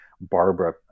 barbara